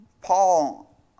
Paul